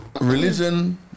religion